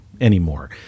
anymore